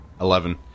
Eleven